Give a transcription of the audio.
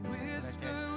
Whisper